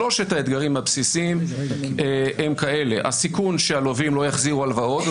שלושת האתגרים הבסיסיים הם כאלה: הסיכון שהלווים לא יחזירו הלוואות,